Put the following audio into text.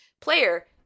player